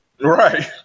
Right